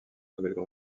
nouvelle